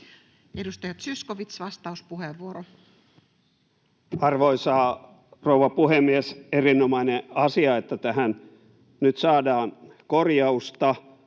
Edustaja Zyskowicz, vastauspuheenvuoro. Arvoisa rouva puhemies! Erinomainen asia, että tähän nyt saadaan korjausta.